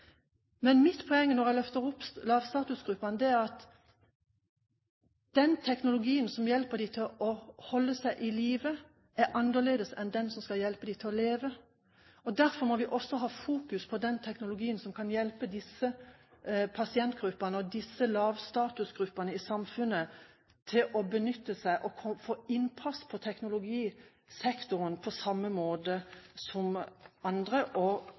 Mitt poeng når jeg løfter opp lavstatusgruppene, er at den teknologien som hjelper dem til å holde seg i live, er annerledes enn den som skal hjelpe dem til å leve. Derfor må vi ha fokus på den teknologien som kan hjelpe disse pasientgruppene og disse lavstatusgruppene i samfunnet til å få innpass på, og benytte, teknologisektoren på samme måte som andre i de sykdomsgruppene der det er mer status både å jobbe og